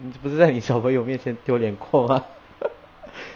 你这不是在你小朋友面前丢脸过吗